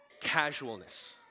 Casualness